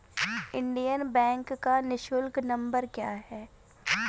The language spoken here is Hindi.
इंडियन बैंक का निःशुल्क नंबर क्या है?